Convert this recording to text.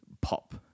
pop